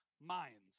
minds